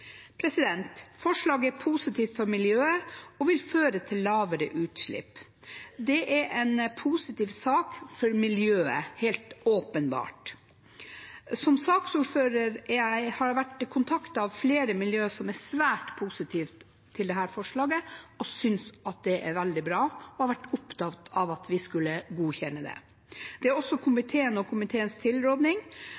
landet. Forslaget er positivt for miljøet og vil føre til lavere utslipp. Det er en positiv sak for miljøet, helt åpenbart. Som saksordfører har jeg vært kontaktet av flere miljøer som er svært positive til dette forslaget, som synes det er veldig bra og har vært opptatt av at vi skulle godkjenne det. Det er også